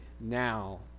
now